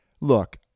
Look